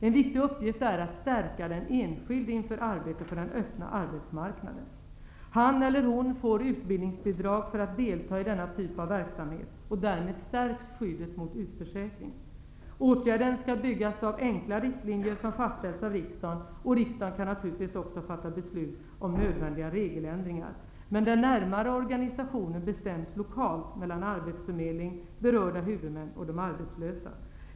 En viktig uppgift är att stärka den enskilde inför arbete på den öppna arbetsmarknaden. Han eller hon får utbildningsbidrag för att delta i denna typ av verksamhet. Därmed stärks skyddet mot utförsäkring. Åtgärden skall byggas på enkla riktlinjer som fastställs av riksdagen. Riksdagen kan naturligtvis fatta beslut om nödvändiga regeländringar. Den närmare organisationen bestäms lokalt mellan arbetsförmedlingen, berörda huvudmän och de arbetslösa.